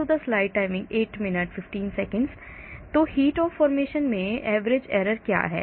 तो heat of formation में average error क्या है